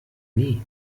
nie